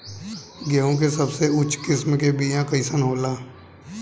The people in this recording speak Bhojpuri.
गेहूँ के सबसे उच्च किस्म के बीया कैसन होला?